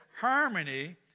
harmony